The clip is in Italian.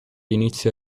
inizia